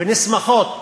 ומוסברות ונסמכות